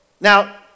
Now